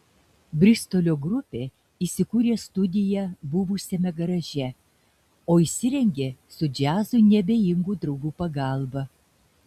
bristolio grupė įsikūrė studiją buvusiame garaže o įsirengė su džiazui neabejingų draugų pagalba